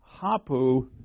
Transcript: hapu